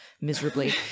miserably